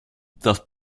das